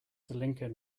lincoln